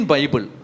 Bible